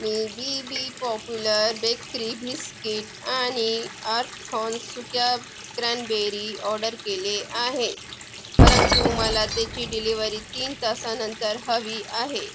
मी B B popular bakery biscuit आणि अर्थॉन सुक्या क्रॅनबेरी ऑर्डर केले आहेत परंतु मला त्याची डिलिवरी तीन तासांनंतर हवी आहे